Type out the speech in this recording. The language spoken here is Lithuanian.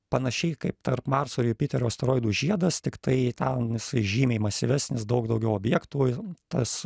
panašiai kaip tarp marso ir jupiterio asteroidų žiedas tiktai ten jisai žymiai masyvesnis daug daugiau objektų tas